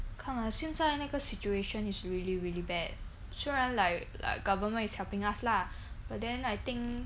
看了现在那个 situation is really really bad 虽然 like like government is helping us lah but then I think